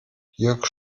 jörg